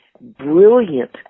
brilliant